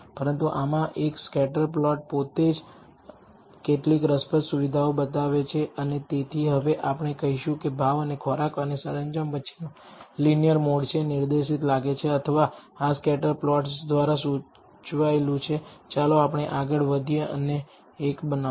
પરંતુ આમાં એક સ્કેટર પ્લોટ પોતે જ કેટલીક રસપ્રદ સુવિધાઓ બતાવે છે અને તેથી હવે આપણે કહીશું કે ભાવ અને ખોરાક અને સરંજામ વચ્ચેનો લીનીયર મોડ છે નિર્દેશિત લાગે છે અથવા આ સ્કેટર પ્લોટ્સ દ્વારા સૂચવેલું છે ચાલો આપણે આગળ વધીએ અને એક બનાવો